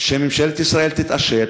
שממשלת ישראל תתעשת